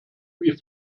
wie